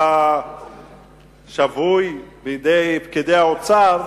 אתה שבוי בידי פקידי האוצר,